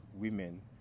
women